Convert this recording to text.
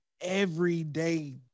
everyday